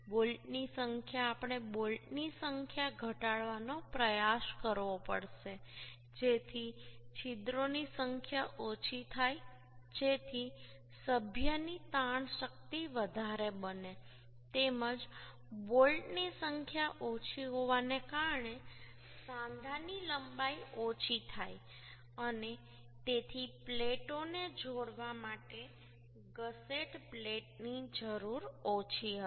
બોલ્ટની સંખ્યા આપણે બોલ્ટની સંખ્યા ઘટાડવાનો પ્રયાસ કરવો પડશે જેથી છિદ્રોની સંખ્યા ઓછી થાય જેથી સભ્યની તાણ શક્તિ વધારે બને તેમજ બોલ્ટની સંખ્યા ઓછી હોવાને કારણે સાંધાની લંબાઈ ઓછી થાય અને તેથી પ્લેટોને જોડવા માટે ગસેટ પ્લેટની જરૂર ઓછી હશે